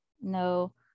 No